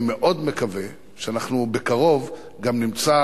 אני מאוד מקווה שאנחנו בקרוב גם נמצא